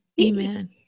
Amen